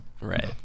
Right